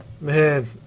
man